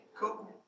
Cool